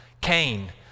Cain